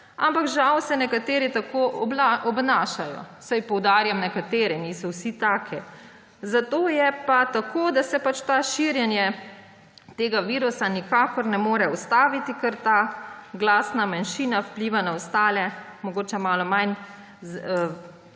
ampak žal se nekateri tako obnašajo. Poudarjam, nekateri, niso vsi taki. Zato je pa tako, da se širjenje tega virusa nikakor ne more ustaviti. Ker ta glasna manjšina vpliva na ostale, mogoče malo manj